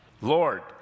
Lord